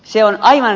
se on aivan